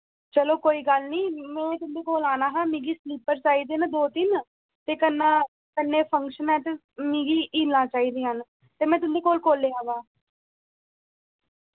चलो कोई गल्ल नी में तुं'दे कोल आना हा मिगी स्लीपर चाहिदे न दो तिन ते कन्नै कन्नै फंक्शन ऐ ते मिगी हीलां चाहिदियां न ते में तुं'दे कोल कोल्लै आवां